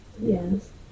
Yes